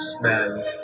man